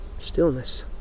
stillness